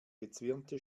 gezwirnte